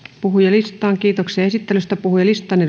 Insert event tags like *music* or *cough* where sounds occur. kiitoksia esittelystä puhujalistaan *unintelligible*